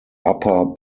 upper